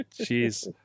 jeez